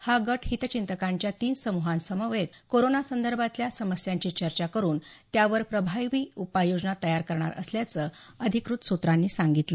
हा गट हितचितकांच्या तीन समूहांसमवेत कोरोनासंदर्भातल्या समस्यांची चर्चा करुन त्यावर प्रभावी योजना तयार करणार असल्याचं अधिकृत सूत्रांनी सांगितलं